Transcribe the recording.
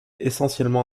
essentiellement